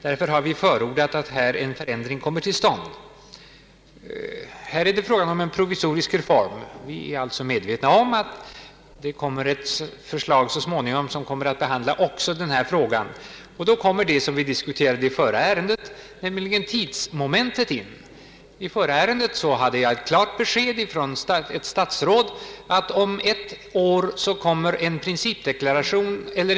Därför har vi förordat att här en förändring kommer till stånd. Det är fråga om en provisorisk reform. Vi är alltså medvetna om att det så småningom kommer ett förslag, som kommer att behandla också denna fråga. Då kommer, liksom i förra ärendet, tidsmomentet in. I förra ärendet hade jag klart besked från ett statsråd att en principproposition kommer att framläggas om ett år.